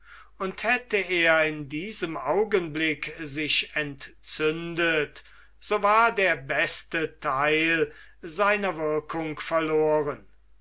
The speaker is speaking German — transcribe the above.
und hätte er in diesem augenblick sich entzündet so war der beste theil seiner wirkung verloren